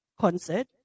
concert